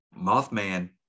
Mothman